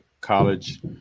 college